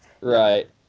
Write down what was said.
Right